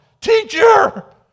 Teacher